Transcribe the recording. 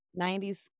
90s